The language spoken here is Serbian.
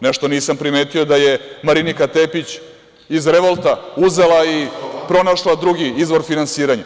Nešto nisam primetio da je Marinika Tepić iz revolta uzela i pronašla drugi izvor finansiranja.